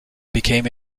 became